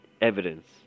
evidence